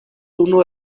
unu